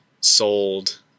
sold